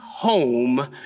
Home